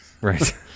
Right